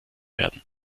werden